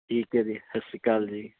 ਠੀਕ ਹੈ ਜੀ ਸਤਿ ਸ਼੍ਰੀ ਅਕਾਲ ਜੀ